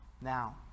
Now